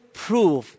proof